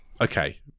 okay